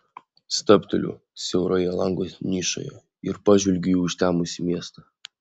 stabteliu siauroje lango nišoje ir pažvelgiu į užtemusį miestą